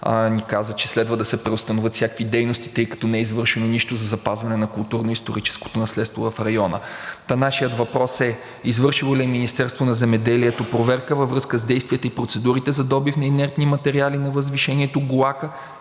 ни каза, че следва да се преустановят всякакви дейности, тъй като не е извършено нищо за запазване на културно-историческото наследство в района. Та нашият въпрос е: извършило ли е Министерството на земеделието проверка във връзка с действията и процедурите за добив на инертни материали на възвишението Голака